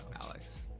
Alex